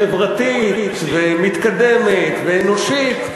חברתית ומתקדמת ואנושית,